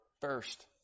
first